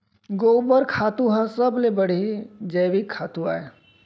गोबर खातू ह सबले बड़े जैविक खातू अय